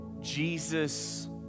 Jesus